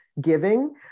giving